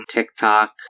TikTok